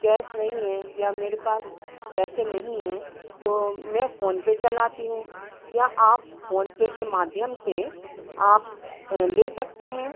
कैस नहीं हैं या मेरे पास पैसे नहीं हैं तो मैं फ़ोनपे चलाती हूँ क्या आप फ़ोनपे के माध्यम से आप ले सकते हैं